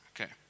okay